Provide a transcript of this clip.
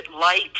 light